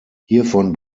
hiervon